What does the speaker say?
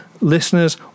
listeners